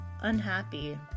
unhappy